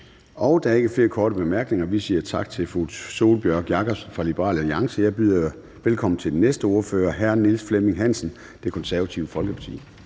Der er ikke flere korte bemærkninger. Vi siger tak til fru Sólbjørg Jakobsen fra Liberal Alliance. Jeg byder velkommen til den næste ordfører, hr. Niels Flemming Hansen, Det Konservative Folkeparti.